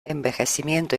envejecimiento